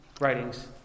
writings